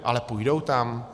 Ale půjdou tam?